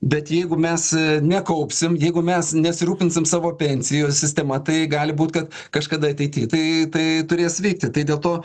bet jeigu mes nekaupsim jeigu mes nesirūpinsim savo pensijų sistema tai gali būt kad kažkada ateity tai tai turės vykti tai dėl to